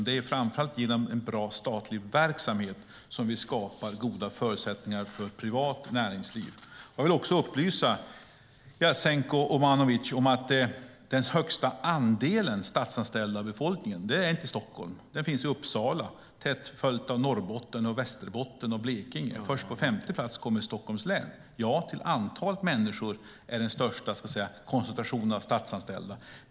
Det är framför allt genom en bra statlig verksamhet som vi skapar goda förutsättningar för privat näringsliv. Jag vill upplysa Jasenko Omanovic om att den högsta andelen statsanställda bland befolkningen inte är i Stockholm. Den finns i Uppsala tätt följt av Norrbotten, Västerbotten och Blekinge. Först på femte plats kommer Stockholms län. Ser man till antalet människor är den största koncentrationen av statsanställda där.